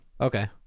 okay